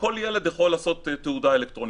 וכל ילד יכול לעשות תעודה אלקטרונית.